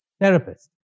therapist